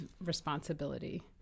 responsibility